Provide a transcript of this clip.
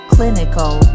Clinical